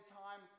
time